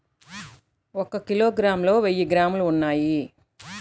ఒక కిలోగ్రామ్ లో వెయ్యి గ్రాములు ఉన్నాయి